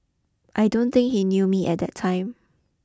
I don't think he knew me at that time